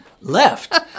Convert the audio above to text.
left